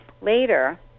later